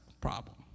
problem